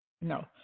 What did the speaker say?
No